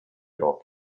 роки